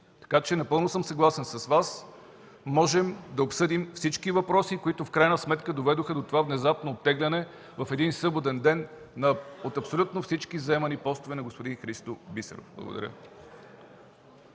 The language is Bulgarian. Така че съм напълно съгласен с Вас. Можем да обсъдим всички въпроси, които в крайна сметка доведоха до това внезапно оттегляне в един съботен ден от абсолютно всички заемани постове на господин Христо Бисеров. Благодаря.